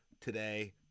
today